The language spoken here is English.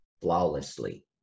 flawlessly